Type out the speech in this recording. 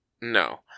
No